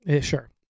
Sure